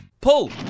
Pull